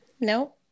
no